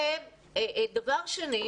דבר נוסף,